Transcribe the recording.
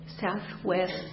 Southwest